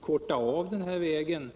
korta av hela proceduren.